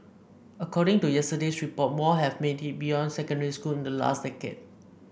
according to yesterday's report more have made it beyond secondary school in the last decade